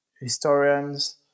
historians